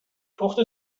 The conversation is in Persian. پخت